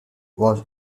was